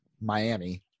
Miami